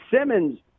Simmons